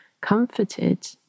comforted